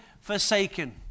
forsaken